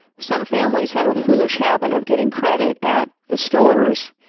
some families have a foolish habit of getting credit at the stores,